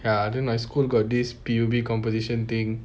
ya during my school got this P_U_B composition thing